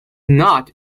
not